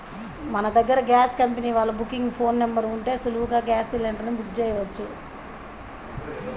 మన దగ్గర gas company వాళ్ళ బుకింగ్ ఫోన్ నెంబర్ ఉంటే సులువుగా గ్యాస్ సిలిండర్ ని బుక్ చెయ్యొచ్చు